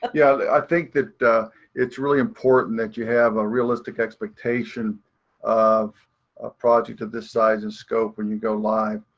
yeah yeah, i think that it's really important that you have a realistic expectation of a project of this size and scope when you go live.